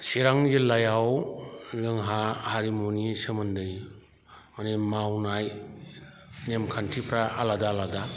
चिरां जिल्लायाव जोंहा हारिमुनि सोमोन्दै माने मावनाय नेम खान्थिफ्रा आलादा आलादा